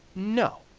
no.